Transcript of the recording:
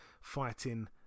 fighting